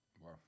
Wow